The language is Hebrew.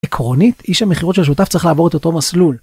עקרונית איש המכירות של שותף צריך לעבור את אותו מסלול.